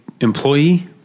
employee